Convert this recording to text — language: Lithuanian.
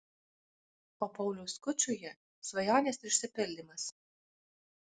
o pauliui skučui ji svajonės išsipildymas